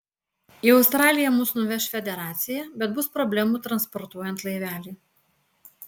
į australiją mus nuveš federacija bet bus problemų transportuojant laivelį